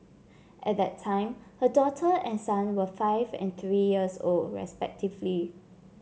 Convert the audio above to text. at that time her daughter and son were five and three years old respectively